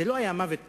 זה לא היה מוות פשוט,